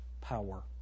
power